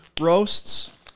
roasts